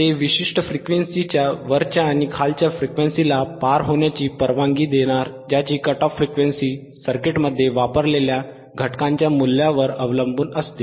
ते विशिष्ट फ्रिक्वेन्सीच्या वरच्या आणि खालच्या फ्रिक्वेन्सीला पार होण्याची परवानगी देणार ज्याची कट ऑफ फ्रिक्वेन्सी सर्किटमध्ये वापरलेल्या घटकांच्या मूल्यावर अवलंबून असते